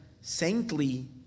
saintly